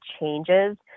changes